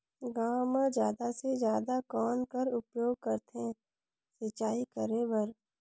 गांव म जादा से जादा कौन कर उपयोग करथे सिंचाई करे बर?